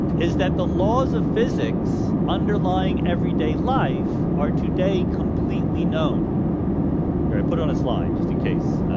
is that the laws of physics underlying everyday life are today completely known here, i put on a slide just in case